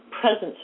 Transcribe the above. presence